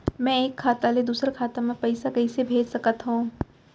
मैं एक खाता ले दूसर खाता मा पइसा कइसे भेज सकत हओं?